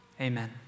Amen